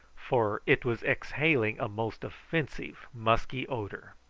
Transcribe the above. for it was exhaling a most offensive musky odour.